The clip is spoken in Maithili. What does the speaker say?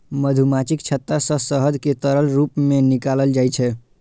मधुमाछीक छत्ता सं शहद कें तरल रूप मे निकालल जाइ छै